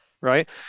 right